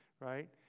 right